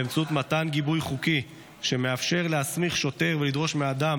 באמצעות מתן גיבוי חוקי שמאפשר להסמיך שוטר ולדרוש מאדם